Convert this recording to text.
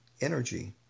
energy